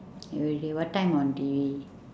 every day what time on T_V